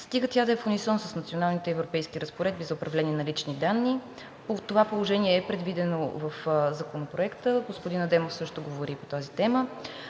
стига тя да е в унисон с националните и европейските разпоредби за управление на лични данни. При това положение е предвидено в Законопроекта, господин Адемов също говори по тази тема,